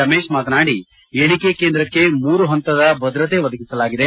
ರಮೇಶ್ ಮಾತನಾದಿ ಎಣಿಕೆ ಕೇಂದ್ರಕ್ಕೆ ಮೂರು ಹಂತದ ಭದ್ರತೆ ಒದಗಿಸಲಾಗಿದೆ